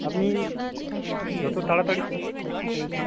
আপনি যত তাড়াতাড়ি হ্যাঁ